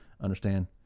understand